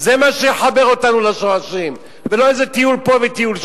זה מה שיחבר אותנו לשורשים ולא איזה טיול פה וטיול שם.